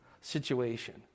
situation